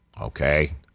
Okay